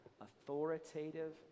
authoritative